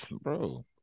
bro